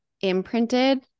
imprinted